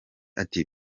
ati